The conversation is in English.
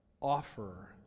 offer